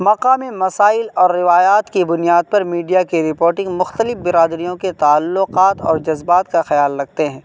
مقامی مسائل اور روایات کی بنیاد پر میڈیا کی رپوٹنگ مختلف برادریوں کے تعلقات اور جذبات کا خیال رکھتے ہیں